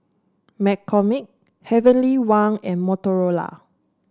McCormick Heavenly Wang and Motorola